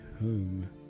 home